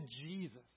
jesus